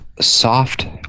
soft